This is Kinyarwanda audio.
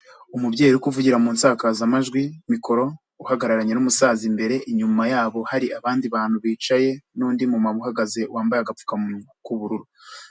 Umubyeyi uri uku kuvugira mu nsakazamajwi, mikoro, uhagararanye n'umusaza imbere, inyuma yabo hari abandi bantu bicaye n'undi mu uhagaze wambaye agapfukamunwa k'ubururu.